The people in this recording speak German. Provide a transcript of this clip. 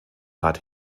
bad